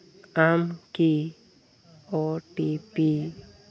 ᱟᱢ ᱠᱤ ᱳᱴᱤᱯᱤ